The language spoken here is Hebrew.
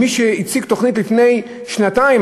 מי שהציג תוכנית לפני שנתיים.